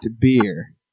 beer